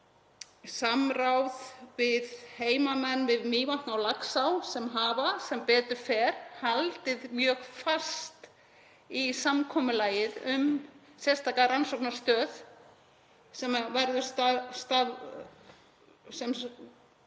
samráð við heimamenn við Mývatn og Laxá sem hafa, sem betur fer, haldið mjög fast í samkomulagið um sérstaka rannsóknastöð sem starfi